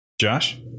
Josh